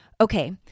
Okay